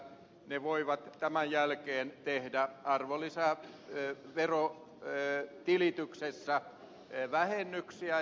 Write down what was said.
ne voivat tämän jälkeen tehdä arvonlisä ja tero e i liitoksessa arvonlisäverotilityksessä vähennyksiä